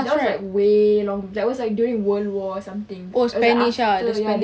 that was like way long that was like during world war or something after the spanish flu